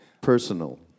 Personal